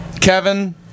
Kevin